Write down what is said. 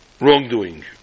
wrongdoing